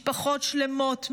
משפחות שלמות,